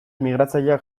migratzaileak